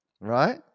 Right